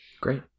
Great